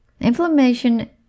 Inflammation